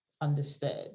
understood